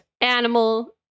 animal